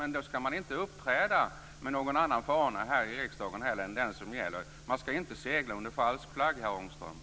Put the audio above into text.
Men man ska inte framträda här i riksdagen med någon annan fana än den egna. Man ska inte segla under falsk flagg, herr Ångström.